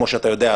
כמו שאתה יודע,